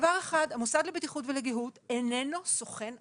המוסד לבטיחות ולגיהות איננו סוכן אכיפה.